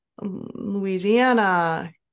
louisiana